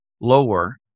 lower